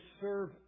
serve